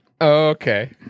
Okay